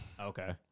okay